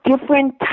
different